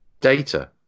data